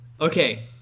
Okay